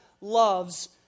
loves